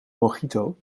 mojito